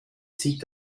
zieht